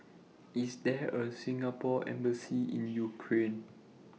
IS There A Singapore Embassy in Ukraine